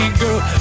girl